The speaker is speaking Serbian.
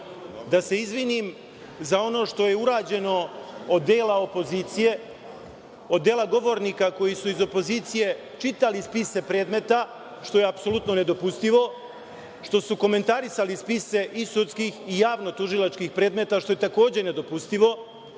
da se izvinim za ono što je urađeno od dela opozicije, od dela govornika koji su iz opozicije čitali spise predmeta, što je apsolutno nedopustivo, što su komentarisali spise i sudskih i javnotužilačkih predmeta, što je takođe nedopustivo,